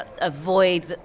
avoid